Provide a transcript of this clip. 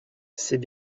c’est